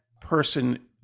person